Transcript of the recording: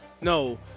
No